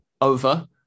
over